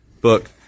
book